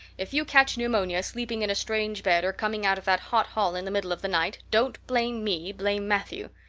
if you catch pneumonia sleeping in a strange bed or coming out of that hot hall in the middle of the night, don't blame me, blame matthew.